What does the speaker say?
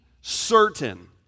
certain